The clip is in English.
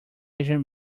asim